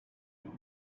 been